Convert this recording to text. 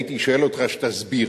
הייתי שואל אותך שתסביר,